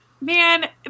Man